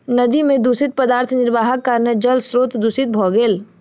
नदी में दूषित पदार्थ निर्वाहक कारणेँ जल स्त्रोत दूषित भ गेल